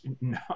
no